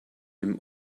dem